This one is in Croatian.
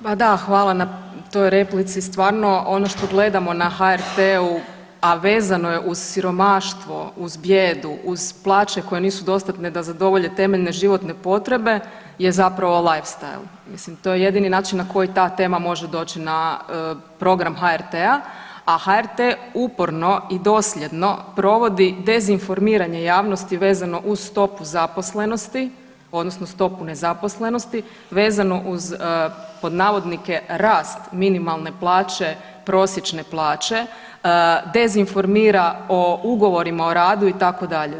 Pa da, hvala na toj replici, stvarno ono što gledamo na HRT-u, a vezano je uz siromaštvo, uz bijedu, uz plaće koje nisu dostatne da zadovolje temeljne životne potrebe, je zapravo live style, mislim to je jedini način na koji ta tema može doći na program HRT-a, a HRT uporno i dosljedno provodi dezinformiranje javnosti vezano uz stopu zaposlenosti, odnosno stopu nezaposlenosti, vezanu uz pod navodnike rast minimalne plaće, prosječne plaće, dezinformira o ugovorima o radu i tako dalje.